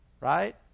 Right